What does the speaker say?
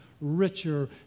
richer